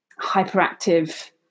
hyperactive